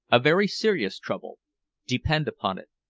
a very serious trouble depend upon it.